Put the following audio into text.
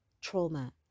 trauma